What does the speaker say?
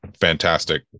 fantastic